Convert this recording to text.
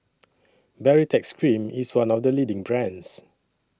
Baritex Cream IS one of The leading brands